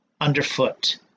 underfoot